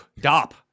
Dop